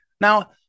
Now